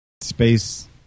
Space